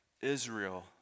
Israel